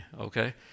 okay